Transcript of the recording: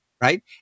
right